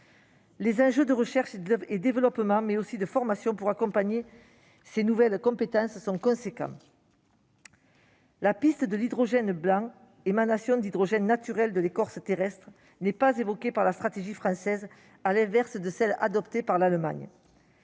en matière de recherche et développement, mais aussi de formation pour accompagner ces nouvelles compétences. La piste de l'hydrogène blanc, issu d'émanations d'hydrogène naturel depuis l'écorce terrestre, n'est pas évoquée dans la stratégie française, à l'inverse de celle qu'a adoptée l'Allemagne.